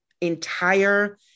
entire